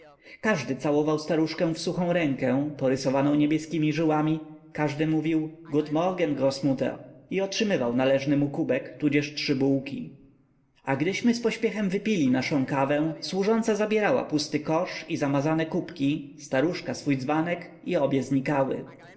każdy całował staruszkę w suchą rękę porysowaną niebieskiemi żyłami każdy mówił gut morgen grossmutter i otrzymywał należny mu kubek tudzież trzy bułki a gdyśmy z pośpiechem wypili naszę kawę służąca zabierała pusty kosz i zamazane kubki staruszka swój dzbanek i obie znikały